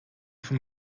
von